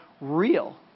real